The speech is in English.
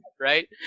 right